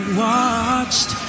watched